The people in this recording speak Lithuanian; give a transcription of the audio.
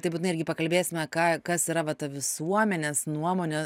tai būtinai irgi pakalbėsime ką kas yra va ta visuomenės nuomonė